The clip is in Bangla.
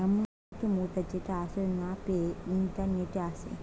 এমন একটি মুদ্রা যেটা আসলে না পেয়ে ইন্টারনেটে আসে